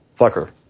fucker